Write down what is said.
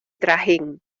trajín